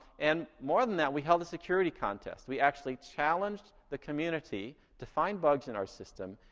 and more than that, we held a security contest. we actually challenged the community to find bugs in our system,